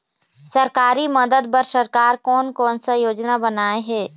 सरकारी मदद बर सरकार कोन कौन सा योजना बनाए हे?